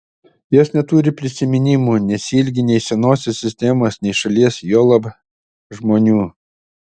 jos neturi prisiminimų nesiilgi nei senosios sistemos nei šalies juolab žmonių